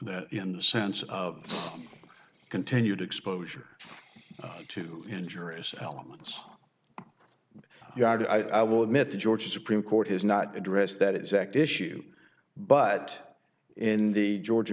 in the sense of continued exposure to injuries elements yada i will admit the georgia supreme court has not addressed that exact issue but in the george